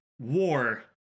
War